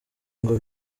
ngo